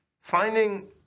finding